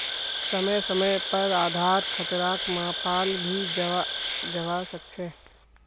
समय समय पर आधार खतराक मापाल भी जवा सक छे